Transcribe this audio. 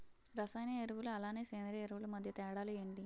రసాయన ఎరువులు అలానే సేంద్రీయ ఎరువులు మధ్య తేడాలు ఏంటి?